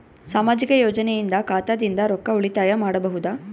ಸಾಮಾಜಿಕ ಯೋಜನೆಯಿಂದ ಖಾತಾದಿಂದ ರೊಕ್ಕ ಉಳಿತಾಯ ಮಾಡಬಹುದ?